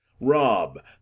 Rob